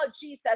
Jesus